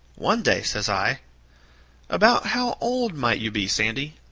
one day, says i about how old might you be, sandy?